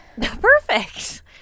Perfect